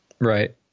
right